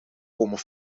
komen